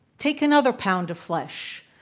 take another pound of flesh.